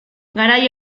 garai